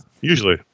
Usually